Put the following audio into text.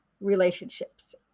relationships